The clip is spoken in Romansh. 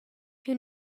miu